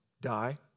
die